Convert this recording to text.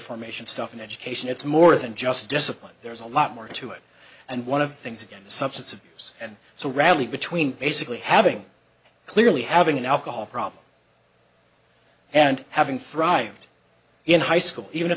formation stuff in education it's more than just discipline there's a lot more to it and one of things again the substance of this and so radley between basically having clearly having an alcohol problem and having thrived in high school even if